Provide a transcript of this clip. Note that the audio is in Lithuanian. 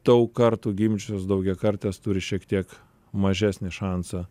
daug kartų gimdžiusios daugiakartės turi šiek tiek mažesnį šansą